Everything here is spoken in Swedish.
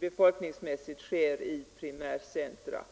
befolkningsökningen sker i primära centra.